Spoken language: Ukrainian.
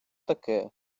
таке